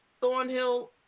Thornhill